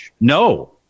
no